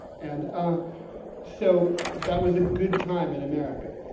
and ah so, that was a good time in america.